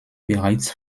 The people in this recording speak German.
bereits